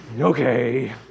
Okay